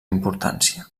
importància